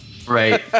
Right